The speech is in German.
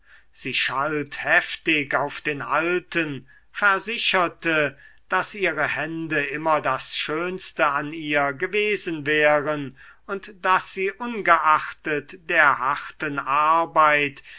sie schalt heftig auf den alten versicherte daß ihre hände immer das schönste an ihr gewesen wären und daß sie ungeachtet der harten arbeit